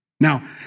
Now